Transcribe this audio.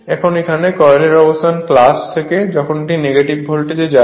এখানে এই কয়েলের অবস্থান থেকে যখন এটি নেগেটিভ ভোল্টেজে যাবে